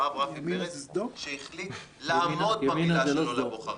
הרב רפי פרץ שהחליט לעמוד במילה שלו לבוחרים,